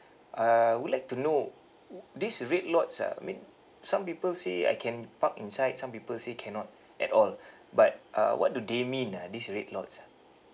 uh I would like to know this red lots ah mean some people say I can park inside some people say cannot at all but uh what do they mean ah this red lots ah